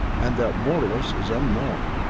and that morlus is unknown.